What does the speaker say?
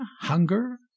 hunger